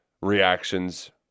reactions